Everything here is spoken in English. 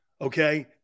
Okay